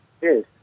Yes